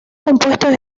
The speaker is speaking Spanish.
compuestos